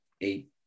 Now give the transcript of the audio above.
eight